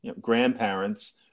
grandparents